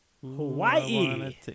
Hawaii